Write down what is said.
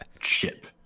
chip